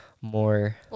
more